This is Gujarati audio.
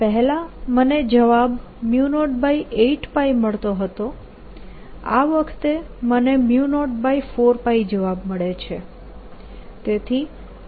પહેલા મને જવાબ 08π મળતો હતો આ વખતે મને 04π જવાબ મળે છે